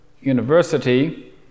University